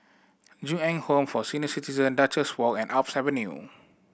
Ju Eng Home for Senior Citizen Duchess Walk and Alps Avenue